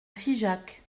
figeac